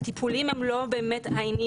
הטיפולים הם לא באמת העניין.